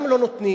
גם לא נותנים